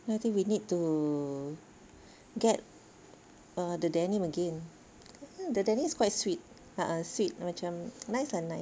I think we need to get uh the denim again I think the denim is quite sweet a'ah sweet macam nice ah nice